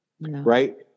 right